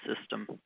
system